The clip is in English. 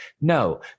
No